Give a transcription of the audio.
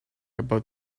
about